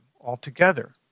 altogether